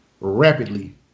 rapidly